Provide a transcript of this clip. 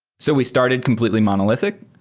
so we started completely monolithic.